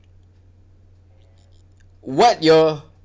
what your